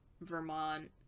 vermont